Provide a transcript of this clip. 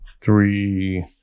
three